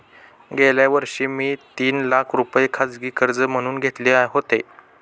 गेल्या वर्षी मी तीन लाख रुपये खाजगी कर्ज म्हणून घेतले होते